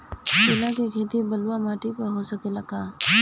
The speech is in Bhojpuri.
केला के खेती बलुआ माटी पर हो सकेला का?